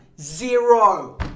Zero